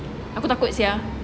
aku takut sia